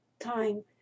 time